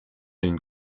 une